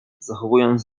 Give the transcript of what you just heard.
zachowując